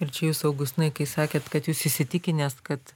ir čia jūs augustinai kai sakėt kad jūs įsitikinęs kad